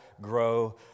grow